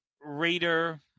Raider